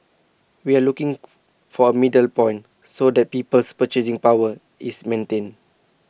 we are looking for A middle point so that people's purchasing power is maintained